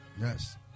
Yes